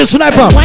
Sniper